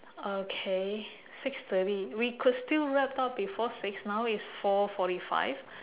okay six thirty we could still wrap up before six now is four forty five